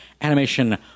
animation